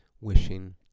Wishing